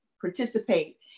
participate